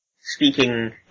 speaking